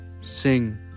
Sing